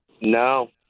No